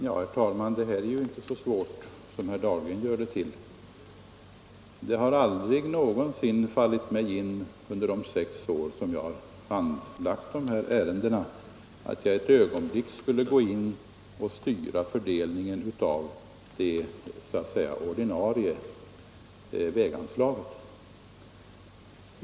Herr talman! Det här är inte så svårt som herr Dahlgren gör det till. Under de sex år som jag har handlagt sådana här ärenden har det aldrig någonsin fallit mig in att jag skulle gå in och styra fördelningen av det så att säga ordinarie väganslaget.